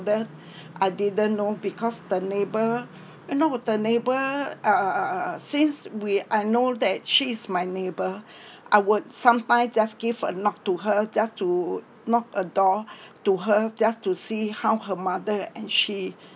I didn't know because the neighbor eh no the neighbor ah since we I know that she is my neighbour I would sometime just give a knock to her just to knock a door to her just to see how her mother and she